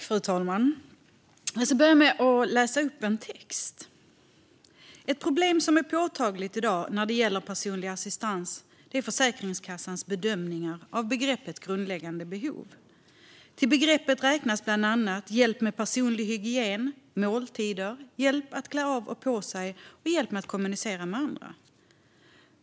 Fru talman! Jag ska börja med att läsa upp en text: Ett problem som är påtagligt i dag när det gäller personlig assistans är Försäkringskassans bedömningar av begreppet "grundläggande behov". Till begreppet räknas bland annat hjälp med personlig hygien, hjälp med måltider, hjälp med att klä av och på sig och hjälp med att kommunicera med andra.